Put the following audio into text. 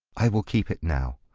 i will keep it now.